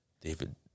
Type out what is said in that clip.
David